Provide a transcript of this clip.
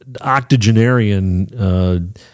octogenarian